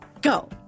go